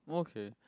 okay